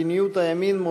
בנימין בן-אליעזר,